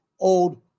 old